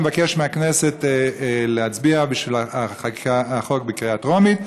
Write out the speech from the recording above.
אני מבקש מהכנסת להצביע על החוק בקריאה טרומית.